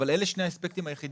אבל אלה שני האספקטים היחידים,